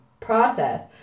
process